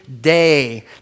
day